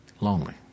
lonely